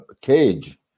cage